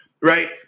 right